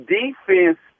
defense